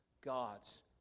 God's